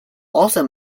also